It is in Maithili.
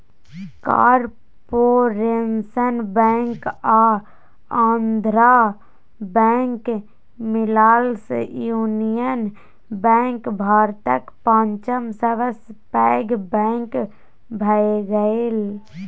कारपोरेशन बैंक आ आंध्रा बैंक मिललासँ युनियन बैंक भारतक पाँचम सबसँ पैघ बैंक भए गेलै